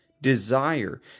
desire